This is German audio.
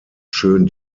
schön